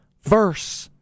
verse